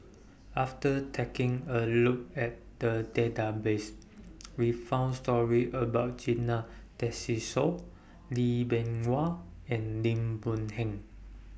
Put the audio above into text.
after taking A Look At The Database We found stories about Zena Tessensohn Lee Bee Wah and Lim Boon Heng